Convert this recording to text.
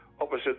opposite